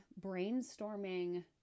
brainstorming